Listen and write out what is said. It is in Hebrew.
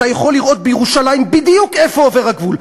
אתה יכול לראות בירושלים בדיוק איפה עובר הגבול.